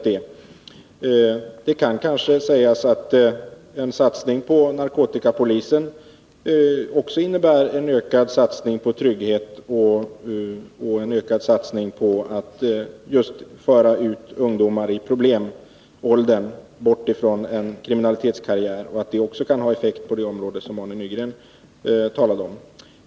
Det kan kanske sägas att en satsning på narkotikapolisen också innebär en ökad satsning på trygghet och att en ökad satsning på sådan polis kan föra ungdomar i problemåldern bort från en kriminalitetskarriär och därmed också kan ha effekt på det område som Arne Nygren talat om.